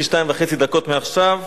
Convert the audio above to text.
יש לי שתיים וחצי דקות מעכשיו,